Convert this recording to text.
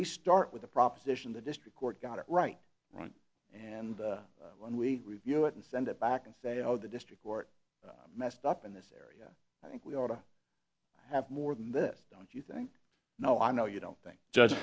we start with the proposition the district court got it right right and when we view it and send it back and say oh the district court messed up in this area i think we ought to have more than this don't you think no i know you don't think judge